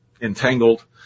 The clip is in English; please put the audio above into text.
entangled